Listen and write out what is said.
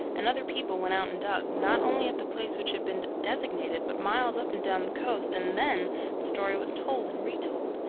and other people went out and dug, not only at the place which had been designated, but miles up and down the coast, and then the story was told and retold,